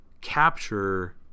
capture